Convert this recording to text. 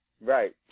Right